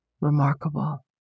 remarkable